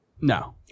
No